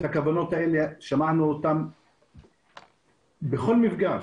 את הכוונות האלה שמענו בכל מפגש.